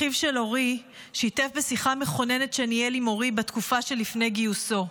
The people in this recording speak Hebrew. אחיו של אורי שיתף בשיחה מכוננת שניהל עם אורי בתקופה שלפני גיוסו.